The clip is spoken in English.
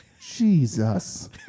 Jesus